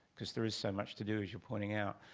cause there is so much to do as you're pointing out.